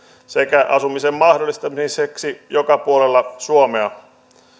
sekä asumisen mahdollistamiseksi joka puolella suomea